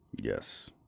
yes